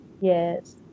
Yes